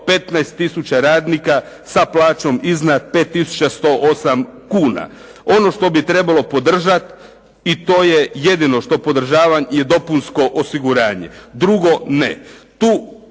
tisuća radnika sa plaćom iznad 5 tisuća 108 kuna. Ono što bi trebalo podržati i to je jedino što podržavam je dopunsko osiguranje. Drugo ne.